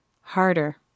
harder